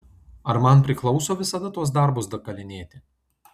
ar man priklauso visada tuos darbus dakalinėti